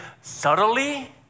subtly